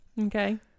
Okay